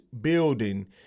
building